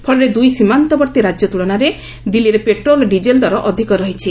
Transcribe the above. ଫଳରେ ଦୁଇ ସୀମାନ୍ତବର୍ତ୍ତୀ ରାଜ୍ୟତ୍କଳନାରେ ଦିଲ୍ଲୀର ପେଟ୍ରୋଲ ଡିକେଲ ଦର ଅଧିକ ରହିଛି